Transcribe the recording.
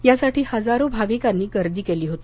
यासाठी हजारो भाविकांनी गर्दी केली होती